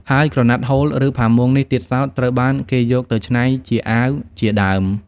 ហើយក្រណាត់ហូល ឬផាមួងនេះទៀតសោត ត្រូវបានគេយកទៅច្នៃជាអាវជាដើម។